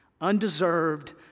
Undeserved